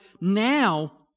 now